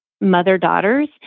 mother-daughters